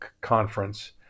Conference